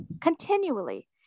continually